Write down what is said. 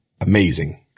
amazing